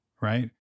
right